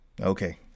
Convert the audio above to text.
Okay